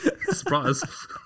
Surprise